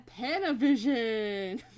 panavision